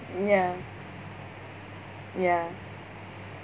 ya ya